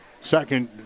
Second